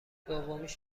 دومیش